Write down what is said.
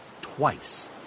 twice